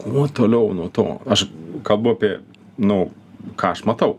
kuo toliau nuo to aš kalbu apie nu ką aš matau